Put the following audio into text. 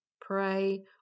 pray